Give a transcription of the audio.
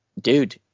Dude